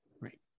Right